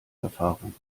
erfahrung